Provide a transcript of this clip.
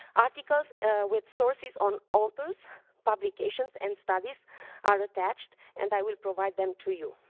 articles with sources on authors publications and studies are attached and i will provide them to you.